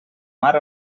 mar